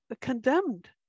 condemned